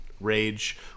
rage